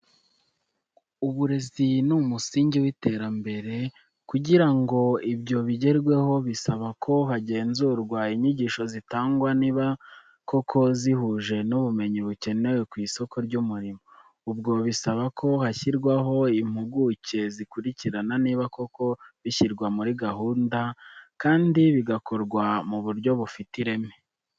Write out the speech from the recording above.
Uburezi ni umusingi w'iterambere, kugira ngo ibyo bigerweho bisaba ko hagenzurwa inyigisho zitangwa niba koko zihuje n'ubumenyi bukenewe ku isoko ry'umurimo. Ubwo bisaba ko hashyirwaho impuguke zikurikirana niba koko bishyirwa muri gahunda kandi bigakorwa mu buryo bufite ireme.